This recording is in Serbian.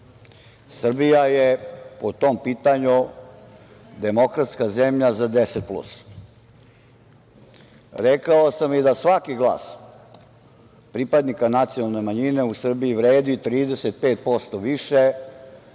Srbija je po tom pitanju demokratska zemlja za „deset plus“. Rekao sam i da svaki glas pripadnika nacionalne manjine u Srbiji vredi 35% više